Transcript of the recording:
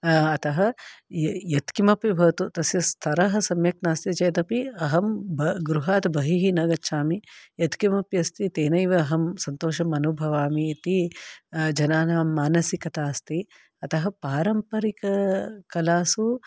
अतः यत् किमपि भवतु तस्य स्तरः सम्यक् नास्ति चेत् अपि अहं गृहात् बहिः न गच्छामि यत् किमपि अस्ति तेनेव अहं सन्तोषम् अनुभवामि इति जनानां मानसिकता अस्ति अतः पारम्परिककलासु